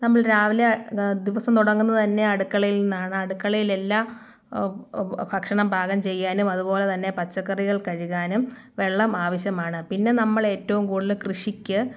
നമ്മൾ രാവിലെ ദിവസം തുടങ്ങുന്നത് തന്നെ അടുക്കളയിൽ നിന്നാണ് അടുക്കളയിൽ എല്ലാം ഭക്ഷണം പാകം ചെയ്യാനും അതുപോലെ തന്നെ പച്ചക്കറികൾ കഴുകാനും വെള്ളം ആവശ്യമാണ് പിന്നെ നമ്മള് ഏറ്റവും കൂടുതൽ കൃഷിക്ക്